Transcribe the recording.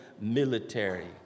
military